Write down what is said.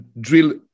drill